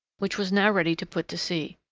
which was now ready to put to sea.